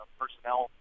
personnel